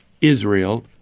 Israel